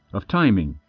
of timing,